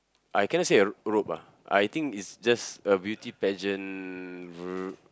I cannot say a robe ah I think it's just a beauty pageant r~